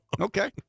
okay